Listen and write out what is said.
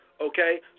Okay